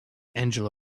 angela